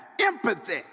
empathy